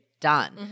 done